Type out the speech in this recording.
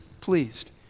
pleased